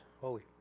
Holy